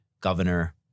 governor